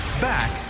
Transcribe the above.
Back